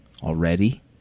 already